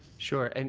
sure. and